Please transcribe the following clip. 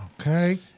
Okay